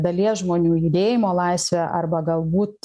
dalies žmonių judėjimo laisvę arba galbūt